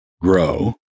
grow